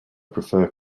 prefer